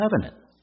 covenant